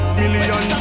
million